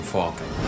Falcon